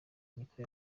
niko